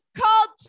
called